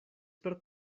per